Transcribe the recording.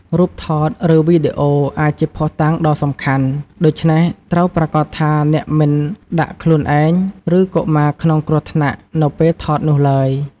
រូបថត ឬវីដេអូអាចជាភស្តុតាងដ៏សំខាន់ ដូច្នេះ ត្រូវប្រាកដថាអ្នកមិនដាក់ខ្លួនឯង ឬកុមារក្នុងគ្រោះថ្នាក់ នៅពេលថតនោះឡើយ។